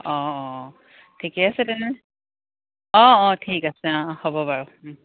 অঁ অঁ ঠিকে আছে তেনে অঁ অঁ ঠিক আছে অঁ হ'ব বাৰু